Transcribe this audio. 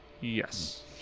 Yes